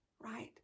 right